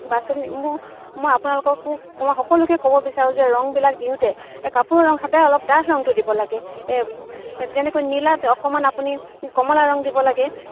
বাচনি মো মই আপোনালোককো কওঁ সকলোকে ক'ব বিচাৰোঁ যে ৰংবিলাক দিওঁতে কাপোৰৰ ৰং সদায় অলপ ডাঠ ৰংটো দিব লাগে যেনেকৈ নীলাত অকণমান আপুনি কমলা ৰং দিব লাগে